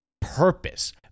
purpose